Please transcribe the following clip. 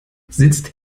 sitzt